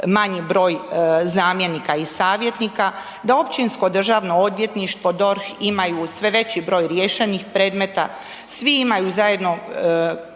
manji broj zamjenika i savjetnika, da općinsko državno odvjetništvo, DORH imaju sve veći broj riješenih predmeta, svi imaju zajedno